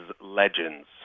legends